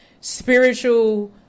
spiritual